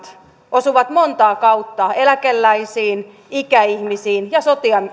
osuvat monta kautta eläkeläisiin ikäihmisiin ja